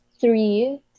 three